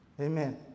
amen